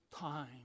time